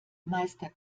meister